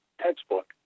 textbook